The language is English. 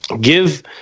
Give